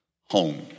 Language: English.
home